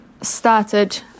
started